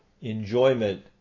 enjoyment